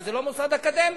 שזה לא מוסד אקדמי,